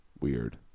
Weird